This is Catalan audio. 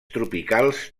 tropicals